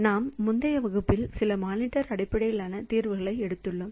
நம் முந்தைய வகுப்புகளில் சில மானிட்டர் அடிப்படையிலான தீர்வுகளை எடுத்துள்ளோம்